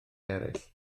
eraill